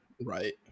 Right